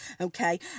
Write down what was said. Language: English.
okay